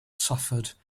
suffered